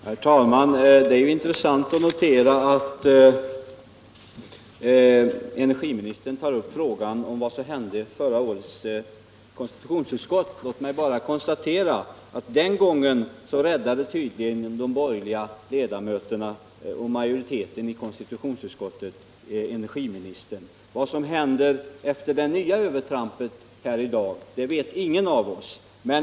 Herr talman! Det är intressant att energiministern tar upp frågan om vad som hände förra året i konstitutionsutskottet. Den gången räddade den borgerliga majoriteten i konstitutionsutskottet energiministern. Vad som händer efter det nya övertrampet, som vi diskuterar här i dag, vet ingen av oss.